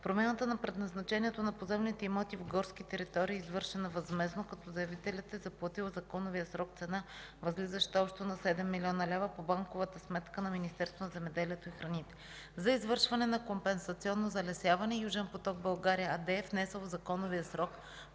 Промяната на предназначението на поземлените имоти в горски територии е извършена възмездно, като заявителят е заплатил в законовия срок цена, възлизаща общо на 7 млн. лв. по банковата сметка на Министерството на земеделието и храните. За извършване на компенсационно залесяване „Южен поток България” АД е внесъл в законовия срок